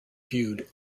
viewed